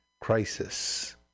crisis